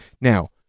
Now